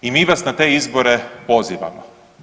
I mi vas na te izbore pozivamo.